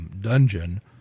dungeon